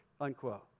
unquote